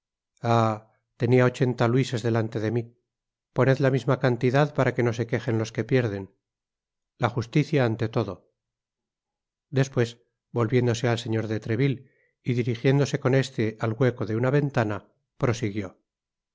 tenia ochenta luises delante de mi poned la misma cantidad para que no se quejen los que pierden la justicia ante todo despues volviéndose al señor de treville y dirigiéndose con este al hueco de una ventana prosiguió